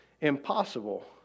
impossible